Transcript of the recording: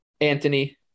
Anthony